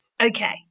Okay